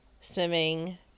swimming